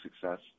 success